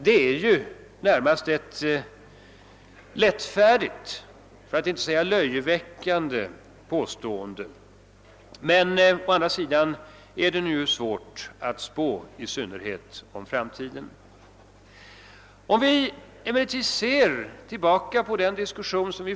Det är ett lättfärdigt för att inte säga löjeväckande påstående. Men å andra sidan är det ju svårt att spå, i synnerhet om framtiden.